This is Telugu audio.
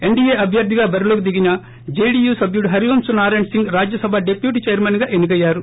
ఎన్డీయే అభ్యర్థిగా బరిలోకి దిగిన జేడీయూ సభ్యుడు హరివంశ్ నారాయణ్ సింగ్ రాజ్యసభ డిప్యూటీ చైర్మన్గా ఎన్ని కయ్యారు